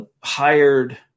hired –